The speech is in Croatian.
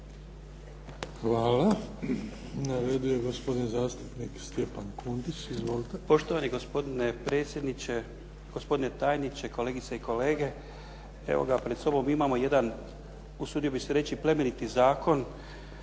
Hvala. Na redu je gospodin zastupnik Stjepan Kundić. Izvolite. **Kundić, Stjepan (HDZ)** Poštovani gospodine predsjedniče, gospodine tajniče, kolegice i kolege. Pred sobom imamo jedan usudio bih se reći plemeniti zakon